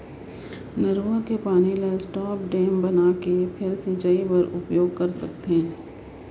नरूवा के पानी ल स्टॉप डेम बनाके फेर सिंचई बर उपयोग कर सकथे